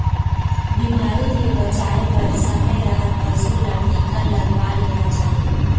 बिमारी ले बचाए बर समे रहत पशु ल टीका लगवा लेना चाही